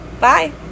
bye